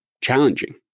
challenging